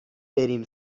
بریم